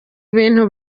ibintu